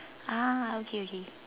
ah okay okay